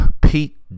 Pete